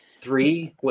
Three